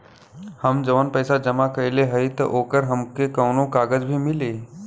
हम जवन पैसा जमा कइले हई त ओकर हमके कौनो कागज भी मिली?